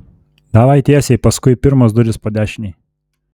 davai tiesiai paskui pirmos durys po dešinei